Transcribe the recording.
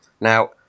now